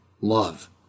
Love